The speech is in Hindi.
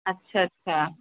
अच्छा अच्छा